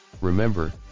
Remember